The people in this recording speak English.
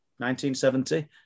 1970